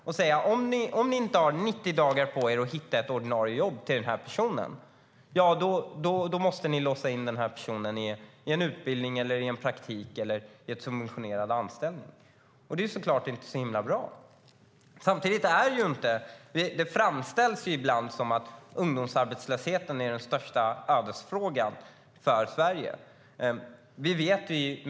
Man säger: Om ni inte hittar ett ordinarie jobb till den här personen på 90 dagar måste ni låsa in personen i en utbildning, en praktik eller en subventionerad anställning. Det är såklart inte bra. Det framställs ibland som att ungdomsarbetslösheten är den största ödesfrågan för Sverige.